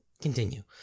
Continue